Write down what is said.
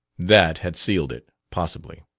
that had sealed it, possibly.